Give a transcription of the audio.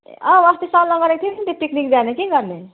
औ अस्ति सल्लाह गरेको थियौँ नि त्यो पिकनिक जाने के गर्ने